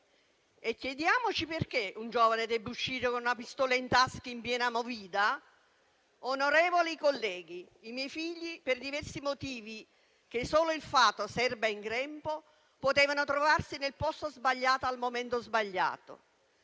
Chiediamoci perché un giovane debba uscire con una pistola in tasca in piena *movida.* Onorevoli colleghi, i miei figli, per diversi motivi che solo il fato serba in grembo, potevano trovarsi nel posto sbagliato al momento sbagliato,